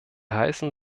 heißen